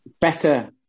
Better